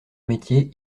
métier